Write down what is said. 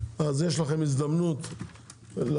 אז יש לכם הזדמנות לשבת.